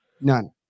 None